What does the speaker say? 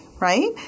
Right